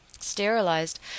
sterilized